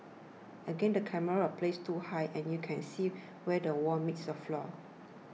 again the camera was placed too high and you can see where wall meets the floor